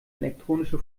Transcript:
elektronische